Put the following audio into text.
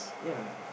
ya